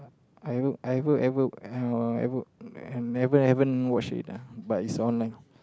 I haven't I haven't ever I haven't ever I never haven't watch it uh but it's online